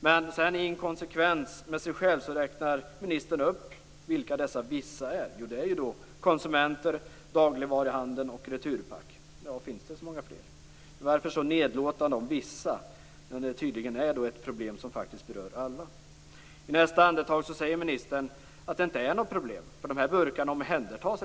Men i inkonsekvens med sig själv räknar ministern sedan i svaret upp vilka dessa vissa är. Det är ju konsumenter, dagligvaruhandeln och Returpack. Finns det så många fler? Varför är ministern så nedlåtande om vissa när det tydligen är ett problem som faktiskt berör alla. I nästa andetag säger ministern att det inte är något problem, eftersom dessa burkar redan omhändertas.